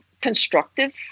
constructive